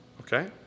Okay